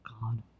God